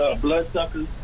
bloodsuckers